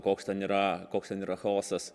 koks ten yra koks ten yra chaosas